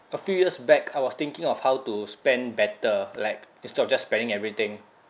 a few years back I was thinking of how to spend better like instead of just spending everything